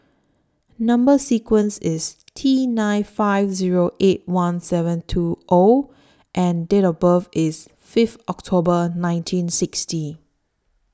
Number sequence IS T nine five Zero eight one seven two O and Date of birth IS Fifth October nineteen sixty